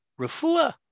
rafua